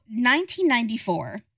1994